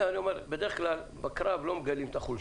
בדרך כלל, בקרב לא מגלים את החולשות.